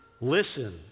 Listen